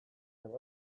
talde